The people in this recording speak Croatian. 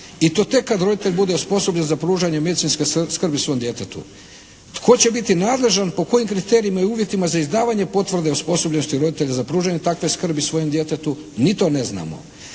i to tek kad roditelj bude osposobljen za pružanje medicinske skrbi svom djetetu. Tko će biti nadležan, po kojim kriterijima i uvjetima za izdavanje potvrde osposobljenosti roditelja za pružanje skrbi svojem djetetu, ni to ne znamo.